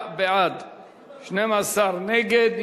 בעד, 26, 12 נגד.